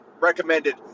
recommended